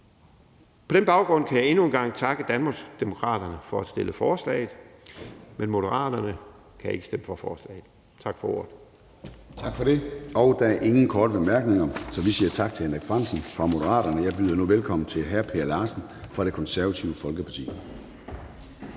På den baggrund kan jeg endnu en gang takke Danmarksdemokraterne for at have fremsat forslaget, men Moderaterne kan ikke stemme for forslaget. Tak for ordet. Kl. 10:50 Formanden (Søren Gade): Tak for det. Der er ingen korte bemærkninger, så vi siger tak til hr. Henrik Frandsen fra Moderaterne. Jeg byder nu velkommen til hr. Per Larsen fra Det Konservative Folkeparti.